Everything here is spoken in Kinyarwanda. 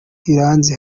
iranzi